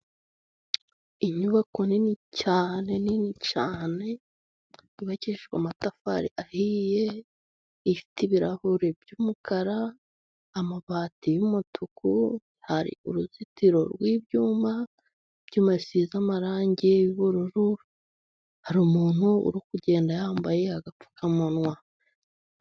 Inyubako nini cyane cyane yubakishijwe amatafari ahiye, ifite ibirahure by'umukara amabati y'umutuku hari uruzitiro rw'ibyuma, ibyuma bisize amarangi y'ubururu hari umuntu uri kugenda yambaye agapfukamunwa.